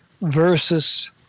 versus